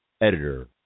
editor